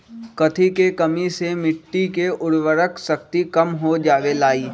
कथी के कमी से मिट्टी के उर्वरक शक्ति कम हो जावेलाई?